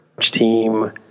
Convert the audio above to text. team